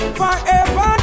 forever